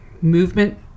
movement